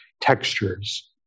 textures